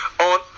on